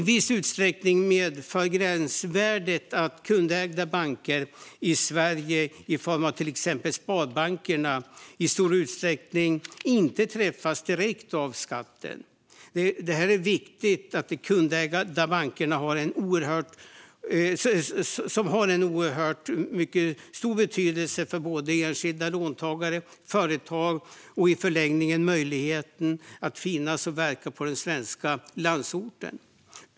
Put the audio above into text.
Gränsvärdet medför att kundägda banker i Sverige, till exempel Sparbankerna, i stor utsträckning inte träffas direkt av skatten. Detta är viktigt eftersom de kundägda bankerna har oerhört stor betydelse för både enskilda låntagare, företag och i förlängningen möjligheten att finnas och verka i den svenska landsorten.